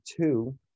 two